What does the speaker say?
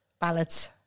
Ballads